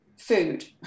food